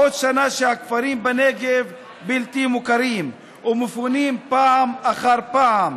עוד שנה שהכפרים בנגב בלתי מוכרים ומפונים פעם אחר פעם.